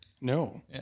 no